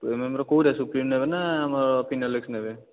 two ଏମ୍ଏମ୍ର କେଉଁଟା Supreme ନେବେ ନା ଫିନୋଲେକ୍ସ୍ ନେବେ